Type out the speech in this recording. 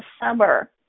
summer